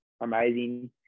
amazing